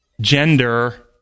gender